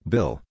Bill